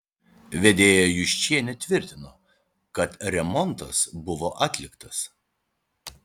vedėja juščienė tvirtino kad remontas buvo atliktas